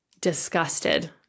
disgusted